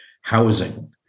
housing